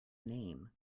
name